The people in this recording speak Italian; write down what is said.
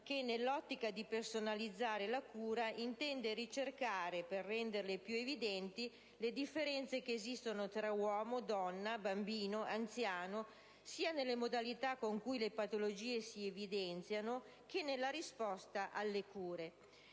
che, con l'intento di personalizzare la cura, ricerca, per renderle più evidenti, le differenze esistenti tra uomo, donna, bambino, anziano, sia nelle modalità con cui le patologie si evidenziano che nella risposta alle cure.